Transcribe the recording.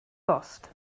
bost